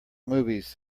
movies